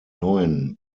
neuen